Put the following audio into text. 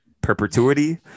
perpetuity